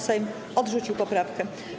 Sejm odrzucił poprawkę.